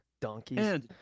donkeys